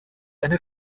eine